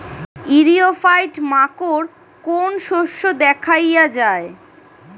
ইরিও ফাইট মাকোর কোন শস্য দেখাইয়া যায়?